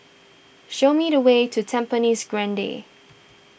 show me the way to Tampines Grande